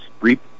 reap